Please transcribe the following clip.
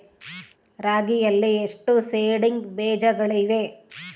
ರಾಗಿಯಲ್ಲಿ ಎಷ್ಟು ಸೇಡಿಂಗ್ ಬೇಜಗಳಿವೆ?